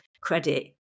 credit